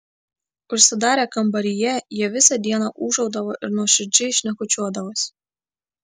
užsidarę kambaryje jie visą dieną ūžaudavo ir nuoširdžiai šnekučiuodavosi